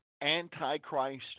antichrist